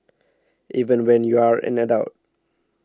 even when you're an adult